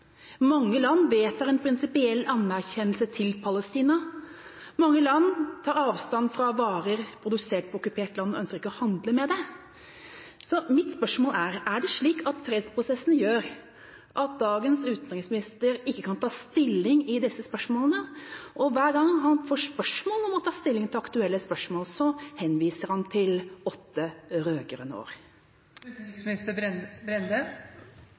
Mange land vedtar en prinsipiell anerkjennelse av Palestina. Mange land tar avstand fra varer produsert på okkupert land og ønsker ikke å handle med dem. Så mitt spørsmål er: Er det slik at fredsprosessen gjør at dagens utenriksminister ikke kan ta stilling i disse spørsmålene? Hver gang han får spørsmål om å ta stilling til aktuelle spørsmål, henviser han til åtte